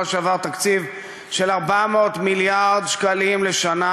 שעבר תקציב של 400 מיליארד שקלים לשנה.